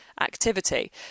activity